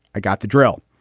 i got the drill,